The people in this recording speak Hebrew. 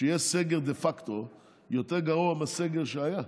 זה שיהיה סגר דה פקטו יותר גרוע מהסגר שהיה.